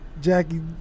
Jackie